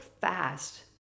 fast